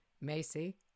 Macy